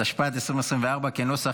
התשפ"ד 2024, כנוסח